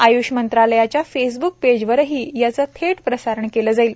आयुष मंत्रालयाच्या फेसबुक पेजवरही याचे थेट प्रसारण केले जाईल